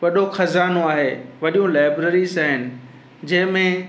वॾो खज़ानो आहे वॾियूं लाएब्रेरीज़ आहिनि जंहिंमें